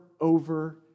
over